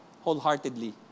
wholeheartedly